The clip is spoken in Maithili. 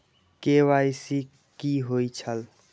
के.वाई.सी कि होई छल?